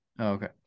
Okay